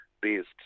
based